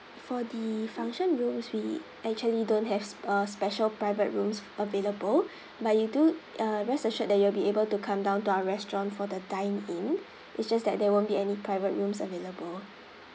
for the function rooms we actually don't have s~ uh special private rooms available but you do uh rest assured that you will be able to come down to our restaurant for the dine in it's just that there won't be any private rooms available